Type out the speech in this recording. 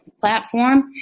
platform